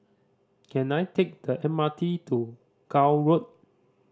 can I take the M R T to Gul Road